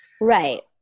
Right